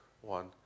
one